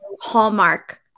hallmark